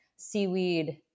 seaweed